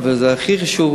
זה הכי חשוב,